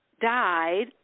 died